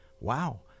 wow